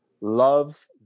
Love